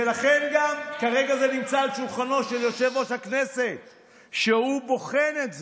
ולכן כרגע זה נמצא על שולחנו של יושב-ראש הכנסת והוא בוחן את זה.